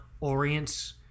Orient